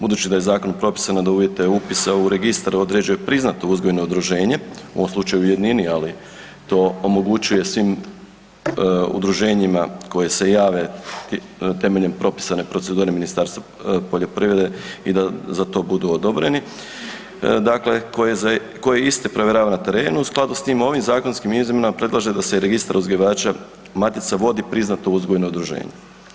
Budući da je zakonom propisano da uvjete upisa u registar određuje priznato uzgojno udruženje u ovom slučaju u jednini, ali to omogućuje svim udruženjima koja se jave temeljem propisane procedure Ministarstva poljoprivrede i da za to budu odobreni, dakle koje iste provjerava na terenu u skladu s tim ovim zakonskim izmjenama predlaže da se registar uzgajivača matica vodi priznato uzgojno udruženje.